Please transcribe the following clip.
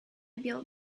built